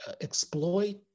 exploit